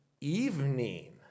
evening